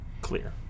Clear